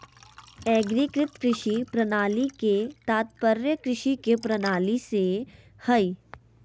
एग्रीकृत कृषि प्रणाली के तात्पर्य कृषि के प्रणाली से हइ